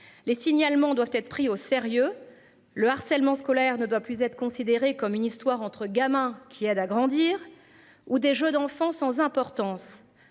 les signalements doivent être pris au sérieux le harcèlement scolaire ne doit plus être considéré comme une histoire entre gamins qui a d'agrandir ou des jeux d'enfants sans importance